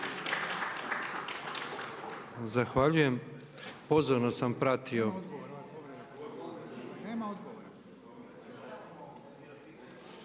Zahvaljujem. Pozorno sam pratio